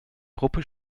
gruppe